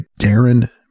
Darren